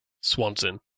Swanson